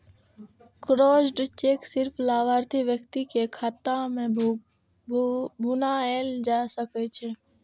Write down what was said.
crossed cheque सिर्फ लाभार्थी व्यक्ति के खाता मे भुनाएल जा सकै छै